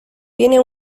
tiene